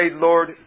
Lord